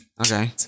Okay